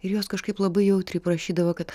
ir jos kažkaip labai jautriai prašydavo kad